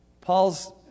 Paul's